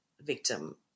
victim